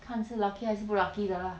看是 lucky 还是不 lucky 的 lah